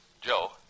Joe